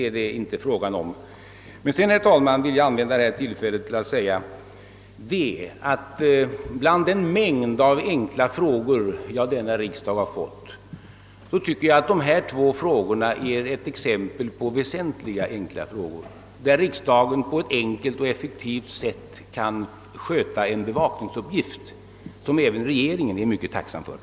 Sedan, herr talman, vill jag använda det här tillfället att säga att bland den mängd enkla frågor jag denna riksdag fått tycker jag att dessa två är exempel på väsentliga frågor, med vilka riksdagen på ett enkelt och effektivt sätt kan sköta en bevakningsuppgift som även regeringen är mycket tacksam för.